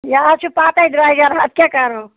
یہِ حظ چھُ پَتَے درٛۅجر اَتھ کیٛاہ کَرہو